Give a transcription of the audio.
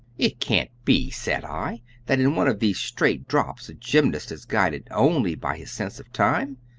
it can't be, said i, that in one of these straight drops a gymnast is guided only by his sense of time?